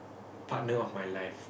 partner of my life